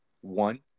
One